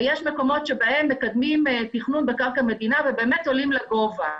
ויש מקומות שבהם מקדמים תכנון בקרקע מדינה ובאמת עולים לגובה.